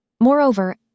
Moreover